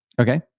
Okay